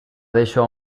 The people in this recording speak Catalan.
deixo